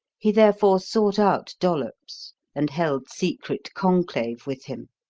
he therefore sought out dollops and held secret conclave with him